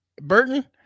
Burton